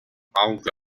aunque